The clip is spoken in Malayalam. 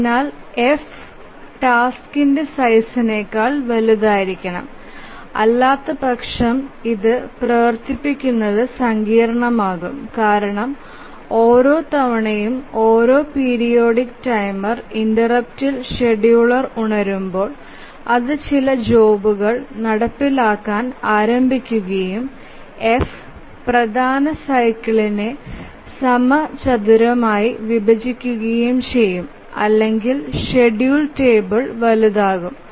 അതിനാൽ F ടാസ്ക്കിന്റെ സൈസ്നേക്കാൾ വലുതായിരിക്കണം അല്ലാത്തപക്ഷം ഇത് പ്രവർത്തിപ്പിക്കുന്നത് സങ്കീർണ്ണമാകും കാരണം ഓരോ തവണയും ഒരു പീരിയോഡിക് ടൈമർ ഇന്ററപ്റ്റിൽ ഷെഡ്യൂളർ ഉണരുമ്പോൾ അത് ചില ജോബ്കുകൾ നടപ്പിലാക്കാൻ ആരംഭിക്കുകയും F പ്രധാന സൈക്കിൾനേ സമചതുരമായി വിഭജിക്കുകയും ചെയ്യും അല്ലെങ്കിൽ ഷെഡ്യൂൾ ടേബിൾ വലുതാകും